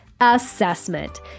assessment